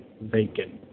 vacant